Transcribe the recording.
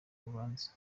urubanza